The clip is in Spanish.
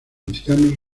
ancianos